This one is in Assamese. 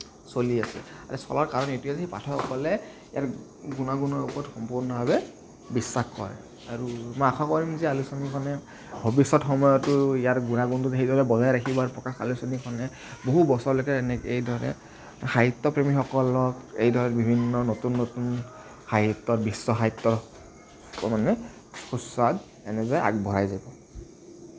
চলি আছে চলাৰ কাৰণ এইটোৱেই যে সেই পাঠকসকলে ইয়াৰ গুণাগুণৰ ওপৰত সম্পূৰ্ণভাৱে বিশ্বাস কৰে আৰু মই আশা কৰিম যে আলোচনীখনে ভৱিষ্যত সময়তো ইয়াৰ গুণাগুণটো সেইদৰে বজাই ৰাখিব আৰু প্ৰকাশ আলোচনীখনে বহু বছৰলৈকে এনে এইদৰে সাহিত্যপ্ৰেমীসকলক এই ধৰ বিভিন্ন নতুন নতুন সাহিত্যৰ বিশ্ব সাহিত্যৰ মানে সুস্বাদ এনেদৰে আগবঢ়াই যাব